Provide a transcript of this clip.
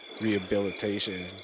rehabilitation